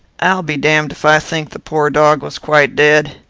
i'll be damned if i think the poor dog was quite dead.